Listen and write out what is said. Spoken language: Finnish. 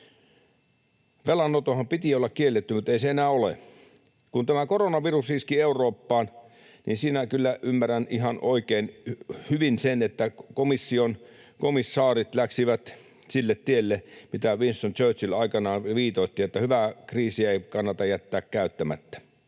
Velanotonhan piti olla kielletty, mutta ei se enää ole. Kun tämä koronavirus iski Eurooppaan, niin siinä kyllä ymmärrän hyvin sen, että komission komissaarit lähtivät sille tielle, minkä Winston Churchill aikanaan viitoitti, että ”hyvää kriisiä ei kannata jättää käyttämättä”.